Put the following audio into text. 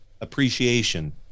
appreciation